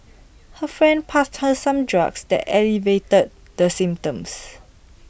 her friend passed her some drugs that alleviated the symptoms